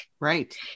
Right